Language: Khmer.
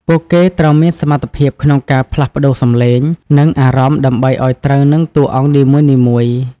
ពួកគេត្រូវមានសមត្ថភាពក្នុងការផ្លាស់ប្តូរសំឡេង និងអារម្មណ៍ដើម្បីឱ្យត្រូវនឹងតួអង្គនីមួយៗ។